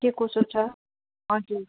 के कसो छ हजुर